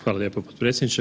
Hvala lijepo potpredsjedniče.